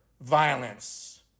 violence